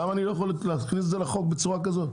למה אני לא יכול להכניס את זה לחוק בצורה כזאת?